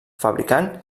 fabricant